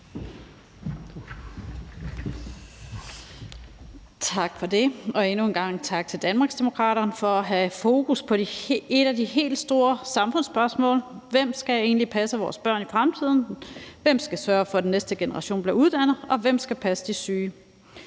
Tak for det, og endnu en gang tak til Danmarksdemokraterne for at have fokus på nogle af de helt store samfundsspørgsmål: Hvem skal egentlig passe vores børn i fremtiden? Hvem skal sørge for, at den næste generation bliver uddannet? Og hvem skal passe de syge?